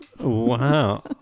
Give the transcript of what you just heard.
Wow